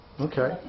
Okay